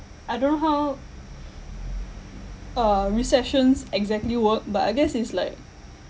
I don't know how uh recessions exactly work but I guess is like